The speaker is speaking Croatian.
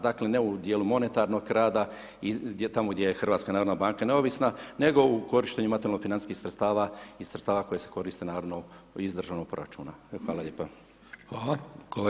Dakle ne u djelu monetarnog rada, tamo gdje je HNB neovisna, nego u korištenju materijalno-financijskih sredstava i sredstava koja se koriste naravno iz državnog proračuna.